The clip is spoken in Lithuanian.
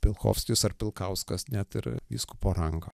pilchovskis ar pilkauskas net ir vyskupo rangą